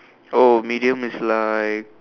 oh idiom is like